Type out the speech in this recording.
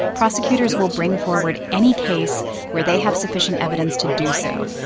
prosecutors will bring forward any case where they have sufficient evidence to do so.